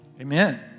Amen